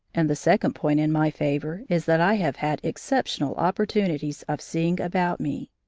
and the second point in my favour is that i have had exceptional opportunities of seeing about me.